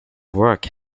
work